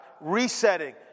resetting